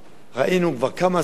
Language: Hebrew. ראינו כבר כמה אסונות היו.